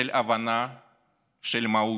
של הבנה, של מהות.